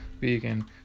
vegan